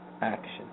action